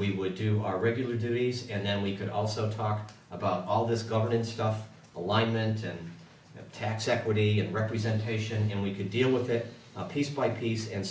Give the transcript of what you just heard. we would do our regular duties and then we could also talk about all this governance stuff alignment and tax equity and representation and we could deal with it piece by piece and